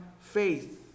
faith